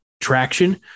traction